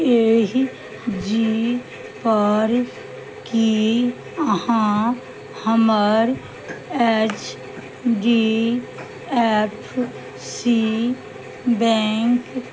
एहि जी पर की अहाँ हमर H D F C bank